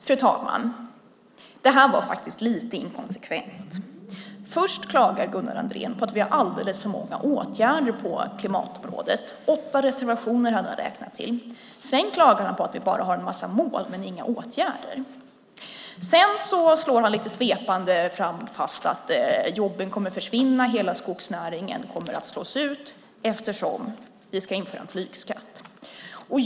Fru talman! Det här var faktiskt lite inkonsekvent. Först klagar Gunnar Andrén på att vi har alldeles för många åtgärder på klimatområdet - åtta reservationer hade han räknat till. Sedan klagar han på att vi bara har en massa mål, men inga åtgärder. Sedan slår han lite svepande fast att jobben kommer att försvinna och att hela skogsnäringen kommer att slås ut eftersom vi ska införa en flygskatt.